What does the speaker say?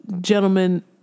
Gentlemen